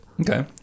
Okay